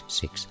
six